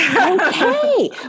Okay